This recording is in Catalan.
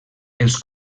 els